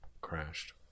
crashed